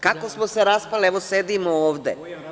Kako smo se raspali, evo sedimo ovde.